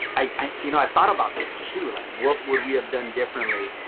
i've you know i've thought about this one, too, like what would we have done differently?